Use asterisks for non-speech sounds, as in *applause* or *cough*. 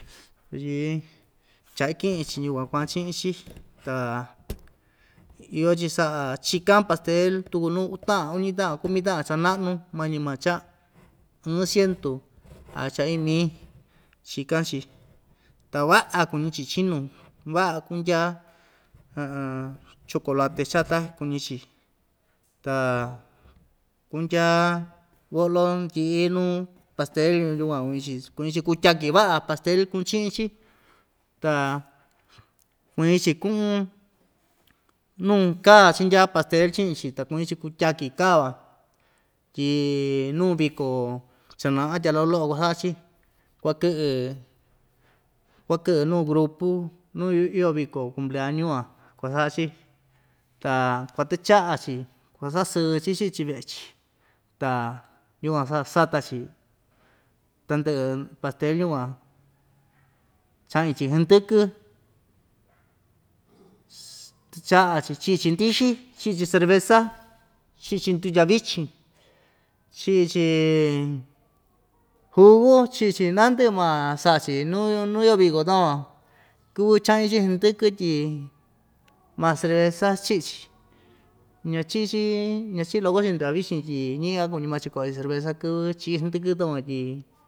Yɨɨ cha ikɨꞌɨ‑chi yukuan kuaꞌa chiꞌin‑chi ta iyo‑chi saꞌa chikan pastel tuku nuu uu taꞌan uñi taꞌan kumi taꞌan cha naꞌnu mañi maa cha ɨɨn cientu a cha iin mii chikan‑chi ta vaꞌa kuñi‑chi chiñu vaꞌa kundya *hesitation* chocolate chata kuñi‑chi ta kundya boꞌlo ndɨꞌɨ nuu pastel yukuan kuñi‑chi ss kuñi‑chi kutyaki vaꞌa pastel kuꞌun chiꞌin‑chi ta kuñi‑chi kuꞌun nuu kaa chindya pastel chiꞌin‑chi ta kuñi‑chi kutyaki kaa‑van tyi nu viko chanaꞌa tya loꞌo loꞌo kuasaꞌa‑chi kuakɨꞌɨ kuakɨꞌɨ nuu grupu nuu iyo viko cumpleañu van kuasaꞌa‑chi ta kuatɨchaꞌa‑chi kuasasɨɨ‑chi chii‑chi veꞌe‑chi ta yukuan saꞌa sata‑chi tandɨꞌɨ pastel yukuan chaꞌñi‑chi ndɨkɨ ss tɨchaꞌa‑chi chiꞌi‑chi ndɨxɨ chiꞌi‑chi cerveza chiꞌi‑chi ndutya vichin chiꞌi‑chi jugu chiꞌi‑chi naa ndɨꞌɨ maa saꞌa‑chi nuu nuu iyo viko takuan kɨvɨ chaꞌñi‑chi hndɨkɨ tyi maa cerveza chiꞌi‑chi ñachiꞌi‑chi ñachiꞌi loko‑chi ndavichin tyi ñiꞌi‑ka kumi maa‑chi koꞌo‑chi cerveza kɨvɨ chiꞌi hndɨkɨ takuan tyi.